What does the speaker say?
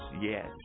yes